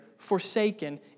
forsaken